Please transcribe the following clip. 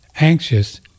anxious